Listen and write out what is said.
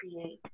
create